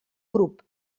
grup